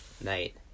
night